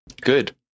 Good